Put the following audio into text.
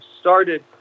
started